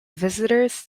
visitors